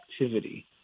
activity